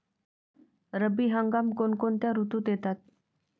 रब्बी हंगाम कोणत्या ऋतूत येतात?